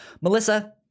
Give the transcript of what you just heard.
Melissa